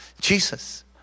Jesus